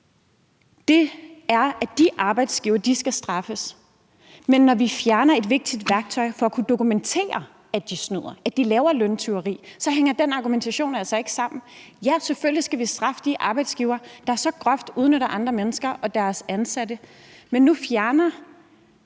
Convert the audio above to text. af tilfælde, hvor de har snydt – men når vi fjerner et vigtigt værktøj for at kunne dokumentere, at de snyder, og at de laver løntyveri, så hænger den argumentation altså ikke sammen. Ja, selvfølgelig skal vi straffe de arbejdsgivere, der så groft udnytter andre mennesker og deres ansatte. Men nu fjerner